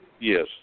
Yes